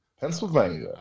Pennsylvania